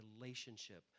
relationship